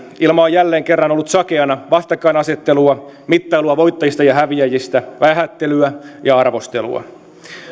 ilma on jälleen kerran ollut ja varmaan on tänäänkin sakeana vastakkainasettelua mittailua voittajista ja häviäjistä vähättelyä ja arvostelua